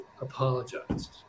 apologized